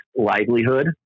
livelihood